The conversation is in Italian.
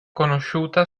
conosciuta